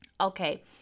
okay